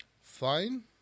fine